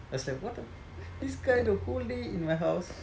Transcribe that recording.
I was like what the this guy the whole day in my house